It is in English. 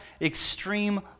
extreme